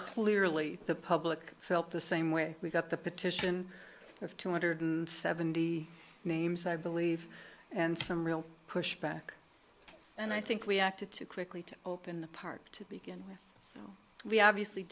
clearly the public felt the same way we got the petition of two hundred seventy names i believe and some real pushback and i think we acted too quickly to open the park to begin with we obviously